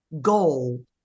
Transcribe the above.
goal